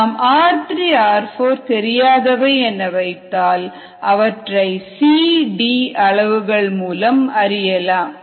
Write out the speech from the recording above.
நாம் r3 r4 தெரியாதவை என வைத்தால் அவற்றை C D அளவுகள் மூலம் அறியலாம்